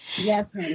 Yes